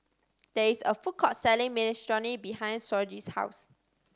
there is a food court selling Minestrone behind Shoji's house